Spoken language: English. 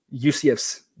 UCF's